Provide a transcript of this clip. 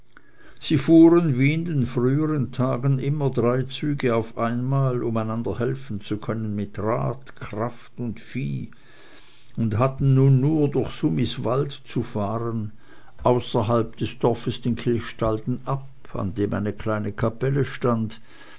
sie fuhren wie an den frühern tagen immer drei züge auf einmal um einander helfen zu können mit rat kraft und vieh und hatten nun nur durch sumiswald zu fahren außerhalb des dorfes den kirchstalden ab an dem eine kleine kapelle stand